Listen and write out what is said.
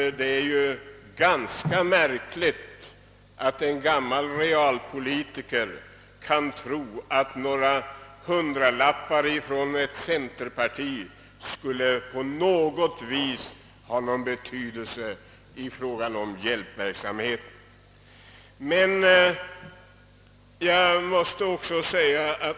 Det är ganska märkligt att en gammal realpolitiker kan tro att några hundralappar från ett centerparti skulle ha någon som helst betydelse i fråga om denna hjälpverksamhet.